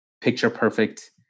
picture-perfect